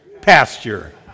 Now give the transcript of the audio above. pasture